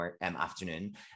afternoon